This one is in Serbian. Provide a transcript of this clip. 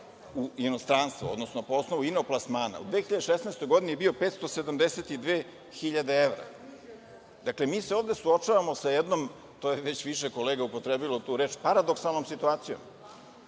u inostranstvo, odnosno po osnovu inoplasmana, u 2016. godini je bio 572.000 evra. Dakle, mi se ovde suočavamo sa jednom, to je već više kolega upotrebilo tu reč, paradoksalnom situacijom.